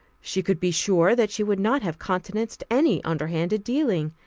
she could be sure that she would not have countenanced any underhand dealing.